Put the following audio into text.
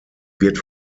wird